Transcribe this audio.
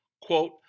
Quote